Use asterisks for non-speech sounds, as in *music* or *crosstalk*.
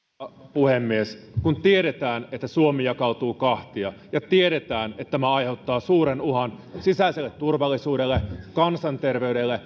puhemies kun tiedetään että suomi jakautuu kahtia ja tiedetään että tämä aiheuttaa suuren uhan sisäiselle turvallisuudelle kansanterveydelle *unintelligible*